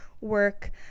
work